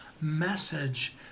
Message